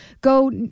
go